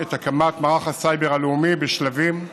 את הקמת מערך הסייבר הלאומי בשלבים.